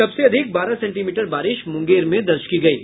सबसे अधिक बारह सेंटीमीटर बारिश मुंगेर में दर्ज की गयी